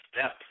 step